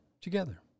together